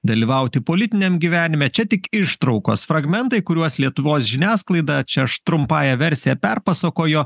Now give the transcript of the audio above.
dalyvauti politiniam gyvenime čia tik ištraukos fragmentai kuriuos lietuvos žiniasklaida čia aš trumpąja versija perpasakojo